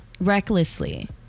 recklessly